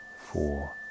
four